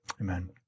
amen